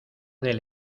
del